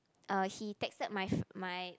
uh he texted my my